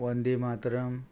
Vande Mataram